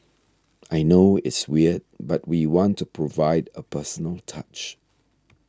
I know it's weird but we want to provide a personal touch